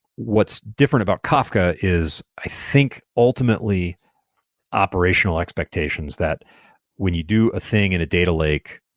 what's different about kafka is i think ultimately operational expectations that when you do a thing in a data lake,